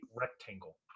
rectangle